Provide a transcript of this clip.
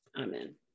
Amen